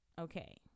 okay